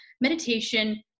meditation